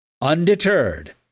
Undeterred